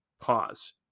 Pause